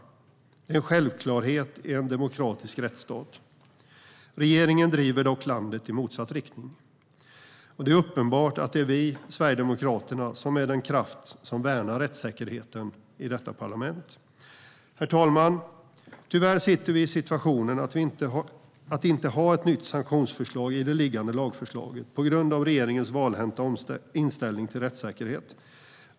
Det är en självklarhet i en demokratisk rättsstat. Regeringen driver dock landet i motsatt riktning. Det är uppenbart att det är vi i Sverigedemokraterna som är den kraft som värnar rättssäkerheten i detta parlament. Herr talman! Tyvärr sitter vi i situationen att vi inte har ett nytt sanktionsförslag i det liggande lagförslaget, på grund av regeringens valhänta inställning till rättssäkerhet.